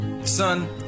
Son